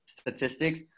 statistics